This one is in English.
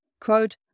quote